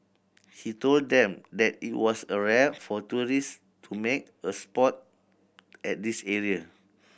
he told them that it was a rare for tourist to make a sport at this area